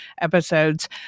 episodes